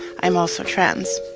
i'm also trans.